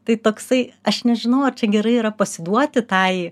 tai toksai aš nežinau ar čia gerai yra pasiduoti tai